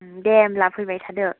दे होनब्ला फैबाय थादो